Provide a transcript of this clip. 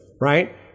right